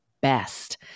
best